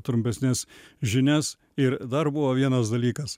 trumpesnes žinias ir dar buvo vienas dalykas